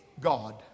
God